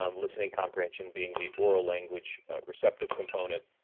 um listening comprehension being the oral language receptive component.